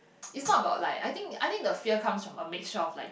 is not about like I think I think the fear comes from a mixture of like